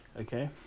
okay